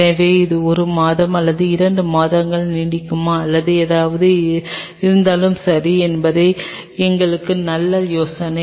எனவே இது ஒரு மாதம் அல்லது இரண்டு மாதங்கள் நீடிக்குமா அல்லது எதுவாக இருந்தாலும் சரி என்பது எங்களுக்கு நல்ல யோசனை